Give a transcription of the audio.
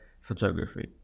photography